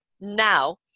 now